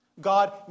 God